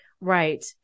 Right